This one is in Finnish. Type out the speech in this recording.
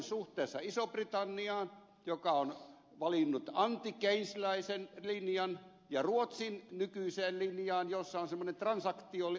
suhteessa isoon britanniaan joka on valinnut anti keynesiläisen linjan ja ruotsin nykyiseen linjaan jossa on semmoinen transaktioverolinja